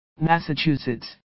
Massachusetts